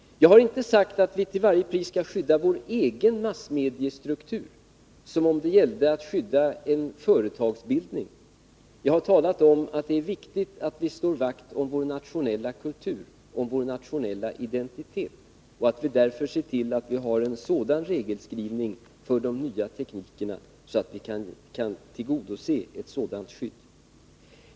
Jag har inte sagt att vi till varje pris skall skydda vår egen massmediestruktur som om det gällde att skydda en företagsbildning. Jag har talat om att det är viktigt att vi slår vakt om vår nationella kultur och vår nationella identitet och att vi därför ser till att vi har en sådan regelskrivning för de nya teknikerna att vi kan tillgodose ett dylikt skydd.